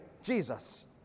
Jesus